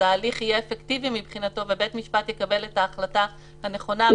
ההליך יהיה אפקטיבי מבחינתו ובית משפט יקבל את ההחלטה הנכונה.